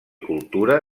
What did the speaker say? cultura